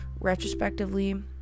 retrospectively